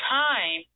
time